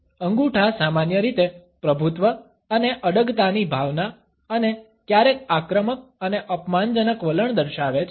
અંગૂઠા સામાન્ય રીતે પ્રભુત્વ અને અડગતાની ભાવના અને ક્યારેક આક્રમક અને અપમાનજનક વલણ દર્શાવે છે